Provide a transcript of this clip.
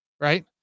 right